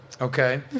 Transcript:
Okay